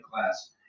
class